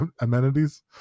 amenities